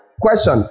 Question